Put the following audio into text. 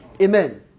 Amen